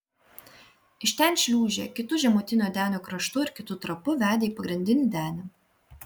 iš ten šliūžė kitu žemutinio denio kraštu ir kitu trapu vedė į pagrindinį denį